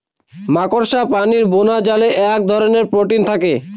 মাকড়সা প্রাণীর বোনাজালে এক ধরনের প্রোটিন থাকে